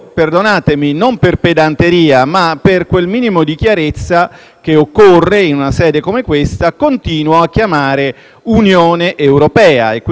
che occorre in una sede come questa, continuo a chiamare Unione europea. Quindi, io parlo di progetto unionista e non di progetto europeo. L'Europa